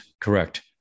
Correct